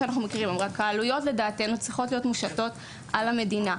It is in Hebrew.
העלויות לדעתנו צריכות להיות מושתות על המדינה.